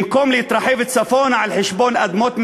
במקום להתרחב צפונה על חשבון אדמות המדינה,